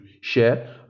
share